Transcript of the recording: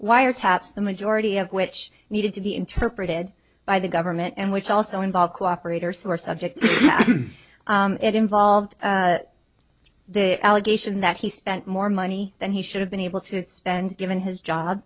wiretaps the majority of which needed to be interpreted by the government and which also involved cooperate or sore subject it involved the allegation that he spent more money than he should have been able to spend given his job